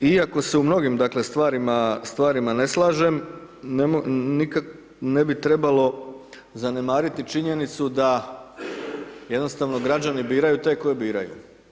Iako se u mnogim, dakle, stvarima ne slažem, ne bi trebalo zanemariti činjenicu da jednostavno građani biraju te koje biraju.